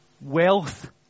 Wealth